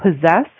possess